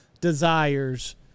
desires